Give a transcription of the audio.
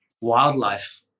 wildlife